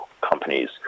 companies